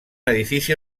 edifici